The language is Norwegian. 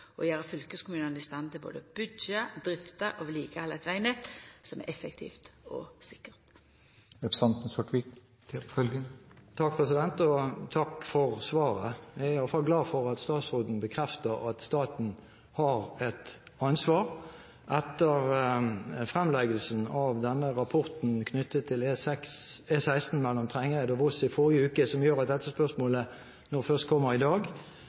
å gjera fylkeskommunane i stand til både å byggja, drifta og vedlikehalda eit vegnett som er effektivt og sikkert. Takk for svaret. Jeg er iallfall glad for at statsråden bekrefter at staten har et ansvar. Etter fremleggelsen av denne rapporten knyttet til E16 mellom Trengereid og Voss i forrige uke, som gjør at dette spørsmålet nå først kommer i dag,